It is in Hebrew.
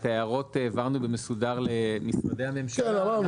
את ההוראות העברנו במסודר למשרדי הממשלה --- כן אמרנו,